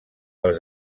els